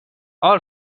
all